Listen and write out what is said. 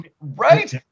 right